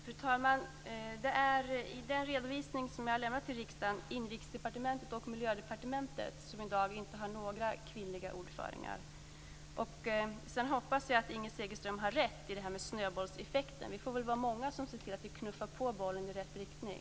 Fru talman! I den redovisning som jag har lämnat till riksdagen är det Inrikesdepartementet och Miljödepartementet som i dag inte har några kvinnliga ordförande. Sedan hoppas jag att Inger Segelström har rätt i det här med snöbollseffekten. Vi får väl vara många som ser till att knuffa bollen i rätt riktning.